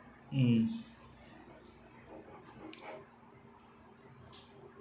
mm